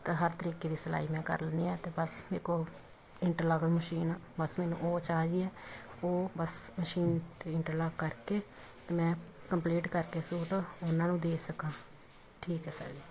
ਤਾਂ ਹਰ ਤਰੀਕੇ ਦੀ ਸਿਲਾਈ ਮੈਂ ਕਰ ਲੈਂਦੀ ਹਾਂ ਅਤੇ ਬਸ ਮੇਰੇ ਕੋਲ ਇੰਟਰਲੋਕ ਵਾਲੀ ਮਸ਼ੀਨ ਬਸ ਮੈਨੂੰ ਉਹ ਚਾਹੀਦੀ ਹੈ ਉਹ ਬਸ ਮਸ਼ੀਨ 'ਤੇ ਇੰਟਰਲੋਕ ਕਰ ਕੇ ਅਤੇ ਮੈਂ ਕੰਪਲੀਟ ਕਰ ਕੇ ਸੂਟ ਉਹਨਾਂ ਨੂੰ ਦੇ ਸਕਾਂ ਠੀਕ ਹੈ ਸਰ